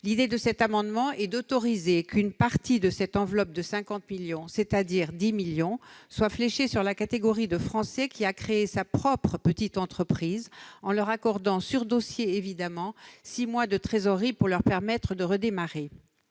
L'objet de cet amendement est d'autoriser qu'une partie de l'enveloppe de 50 millions d'euros- à savoir 10 millions -soit fléchée sur les Français qui ont créé leur propre petite entreprise, en leur accordant, sur dossier évidemment, six mois de trésorerie pour leur permettre de redémarrer.